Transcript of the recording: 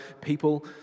people